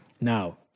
Now